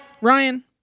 Ryan